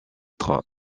train